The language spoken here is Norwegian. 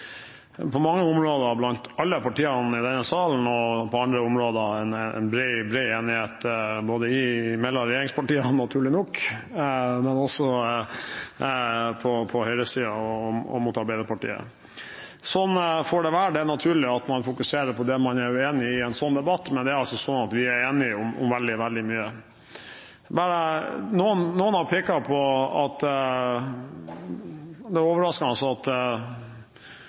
på mange områder blant alle partiene i denne salen, og på andre områder en bred enighet mellom regjeringspartiene, naturlig nok, men også på høyresiden og mot Arbeiderpartiet. Sånn får det være. Det er naturlig at man fokuserer på det man er uenig i, i en slik debatt, men det er altså sånn at vi er enige om veldig, veldig mye. Noen har pekt på at det var overraskende at jeg og regjeringen er opptatt av markedet. Det burde vel i og for seg ikke overraske noen at